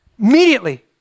Immediately